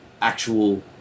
actual